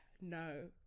no